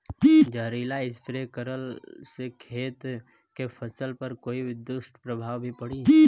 जहरीला स्प्रे करला से खेत के फसल पर कोई दुष्प्रभाव भी पड़ी?